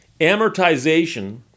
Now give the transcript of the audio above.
amortization